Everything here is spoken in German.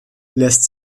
lässt